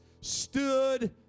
stood